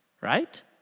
right